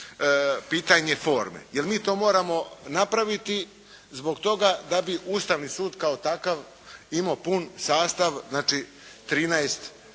pitanje forme, jer mi to moramo napraviti zbog toga da bi Ustavni sud kao takav imao pun sastav, znači 13